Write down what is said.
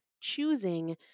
choosing